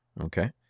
okay